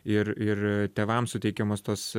ir ir tėvams suteikiamos tos